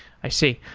i see.